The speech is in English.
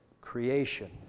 creation